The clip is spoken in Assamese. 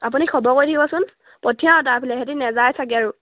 আপুনি খবৰ কৰি থাকিবচোন পঠিয়াওঁ সেইফালে সিহঁতি নাযায় চাগৈ আৰু